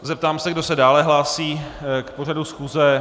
Zeptám se, kdo se dále hlásí k pořadu schůze.